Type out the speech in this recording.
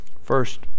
First